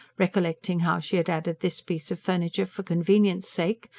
recollecting how she had added this piece of furniture for convenience' sake,